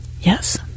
Yes